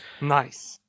Nice